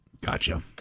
Gotcha